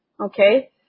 okay